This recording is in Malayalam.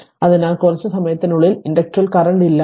അതിനാൽ കുറച്ച് സമയത്തിനുള്ളിൽ ഇൻഡക്ടറിൽ കറന്റ് ഇല്ലായിരുന്നു